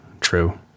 true